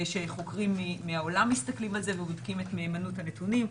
שחוקרים מהעולם מסתכלים על זה ובודקים את מהימנות הנתונים.